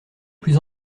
plus